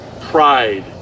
pride